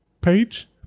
page